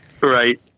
Right